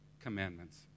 commandments